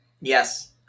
Yes